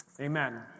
Amen